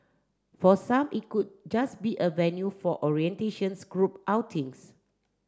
for some it could just be a venue for orientations group outings